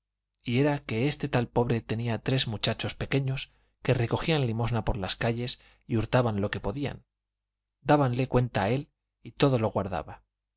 y era que este tal pobre tenía tres muchachos pequeños que recogían limosna por las calles y hurtaban lo que podían dábanle cuenta a él y todo lo guardaba